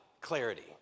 clarity